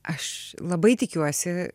aš labai tikiuosi